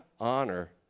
honor